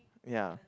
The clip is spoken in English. ya